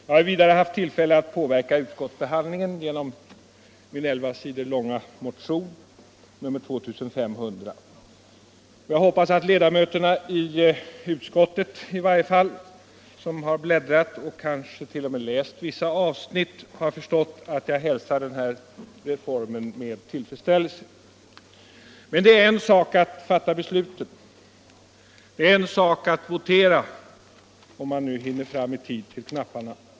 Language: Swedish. Jag har vidare haft tillfälle att påverka utskottsbehandlingen genom min elva sidor långa motion, nr 2500, och jag hoppas att i varje fall utskottets ledamöter, som har bläddrat i motionen och kanske t.o.m. läst vissa avsnitt, har förstått att jag hälsar arbetsrättsreformen med tillfredsställelse. Men det är en sak att fatta besluten. Det är en sak att votera — om man nu hinner fram i tid till knapparna.